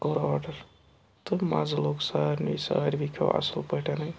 کوٚر آرڈَر تہٕ مَزٕ لوٚگ سارنٕے ساروٕے کھیوٚو اَصٕل پٲٹھٮ۪نَے